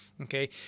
okay